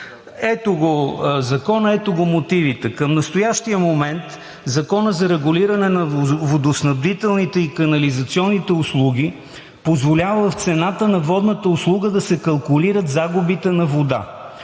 Ето закона, ето мотивите! Към настоящия момент Законът за регулиране на водоснабдителните и канализационните услуги позволява в цената на водната услуга да се калкулират загубите на вода.